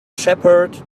shepherd